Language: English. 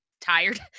tired